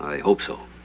hope so.